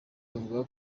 avuga